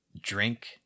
drink